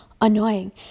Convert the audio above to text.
annoying